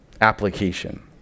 application